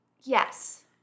Yes